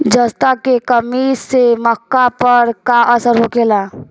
जस्ता के कमी से मक्का पर का असर होखेला?